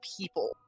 people